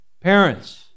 parents